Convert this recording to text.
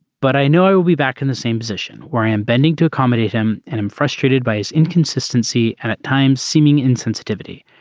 but i know we back in the same position where i am bending bending to accommodate him and am frustrated by his inconsistency and at times seeming insensitivity.